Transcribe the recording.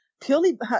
purely